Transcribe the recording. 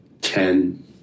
ten